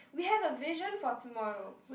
we have a vision for tomorrow